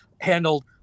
handled